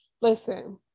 listen